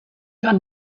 joan